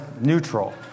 neutral